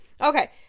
Okay